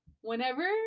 Whenever